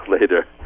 later